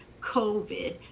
COVID